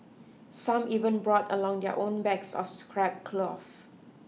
some even brought along their own bags of scrap cloth